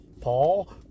Paul